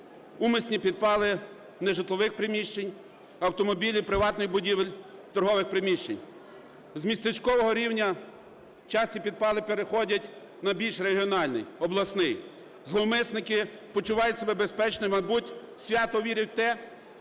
умисні підпали нежитлових приміщень, автомобілів, приватних будівель, торгових приміщень. З містечкового рівня часті підпали переходять на більш регіональний – обласний. Зловмисники почувають себе безпечно і, мабуть, свято вірять в те,